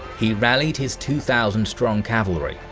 he rallied his two thousand strong cavalry,